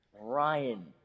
Ryan